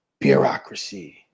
bureaucracy